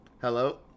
hello